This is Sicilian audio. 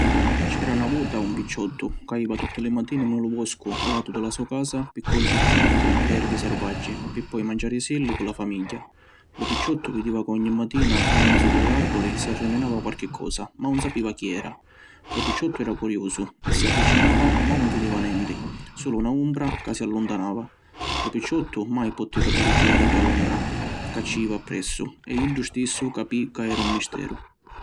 C’era na vota un picciottu ca jiva tutti li matini ni lu voscu a latu di la so casa pi cogghiri frutti e ervi sarvaggi pi poi manciarisilli cu la famigghia. Lu picciottu vidiva ca ogni matina menzu di li arvuli, si arriminava quarchi cosa ma ‘un sapiva chi era. Lu picciottu era curiusu e si avvicinava ma ‘un vidiva nenti, sulu na umbra ca si alluntanava. Lu picciottu mai potti capiri chi era dda umbra ca ci jiva appressu e iddu stissu capì ca era un misteru.